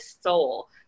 soul